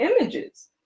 images